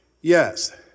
Yes